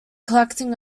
collecting